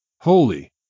Holy